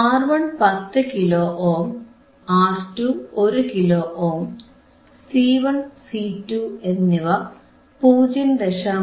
ആർ1 10 kilo ohm R two 1 kilo ohm C one C two എന്നിവ 0